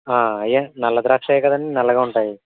అవి నల్ల ద్రాక్ష కదండి నల్లగా ఉంటాయి